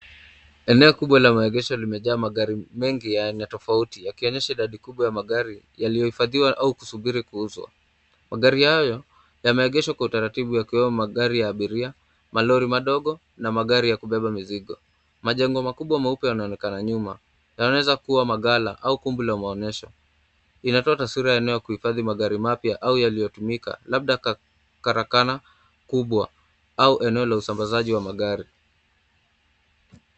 Eneo kubwa la maegesho limejaa magari mengi ya aina tofauti yakionyesha idadi kubwa ya magari yaliyohifadhiwa au kusubiri kuuzwa. Magari hayo yameegeshwa kwa utaratibu yakiwemo magari ya abiria, malori madogo na magari ya kubeba mizigo. Majengo makubwa meupe yanaonekana nyuma, yanaweza kuwa magala au ukumbi la maonyesho inatoa taswira ya kuhifadhi magari mapya au yaliyotumika labda karakana kubwa au eneo la usambazaji wa magari.